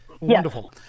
Wonderful